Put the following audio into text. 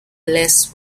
less